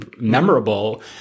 memorable